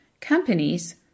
companies